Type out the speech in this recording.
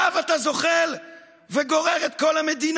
אליו אתה זוחל וגורר את כל המדינה?